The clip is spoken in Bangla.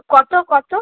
কত কত